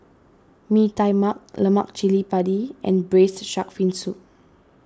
Mee Tai Mak Lemak Cili Padi and Braised Shark Fin Soup